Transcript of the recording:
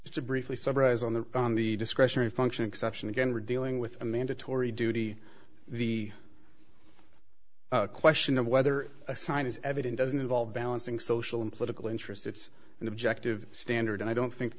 it's a briefly summarize on the on the discretionary function exception again we're dealing with a mandatory duty the question of whether a sign is evident doesn't involve balancing social and political interests it's an objective standard and i don't think